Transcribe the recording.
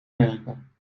werken